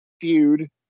feud